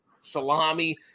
salami